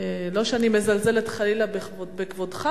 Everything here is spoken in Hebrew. לא שאני מזלזלת חלילה בכבודך,